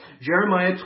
Jeremiah